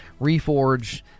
Reforge